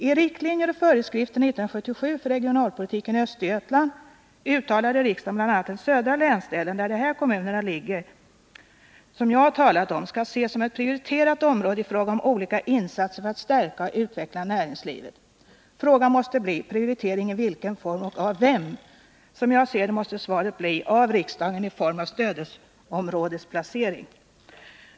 I riktlinjer och föreskrifter 1977 för regionalpolitiken i Östergötland uttalade riksdagen bl.a. att den södra länsdelen, där de kommuner som jag har talat om ligger, skall ses som ett prioriterat område i fråga om olika insatser för att stärka och utveckla näringslivet. Frågan måste bli: Prioritering av vem och i vilken form? Som jag ser det måste svaret bli: Av riksdagen i form av bl.a. stödområdesplacering.